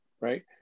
right